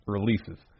Releases